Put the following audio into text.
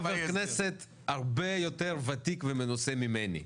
אתה חבר כנסת הרבה יותר ותיק ומנוסה ממני,